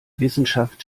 wissenschaft